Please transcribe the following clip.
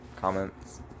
comments